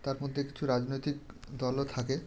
তার মধ্যে কিছু রাজনৈতিক দলও থাকে